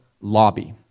lobby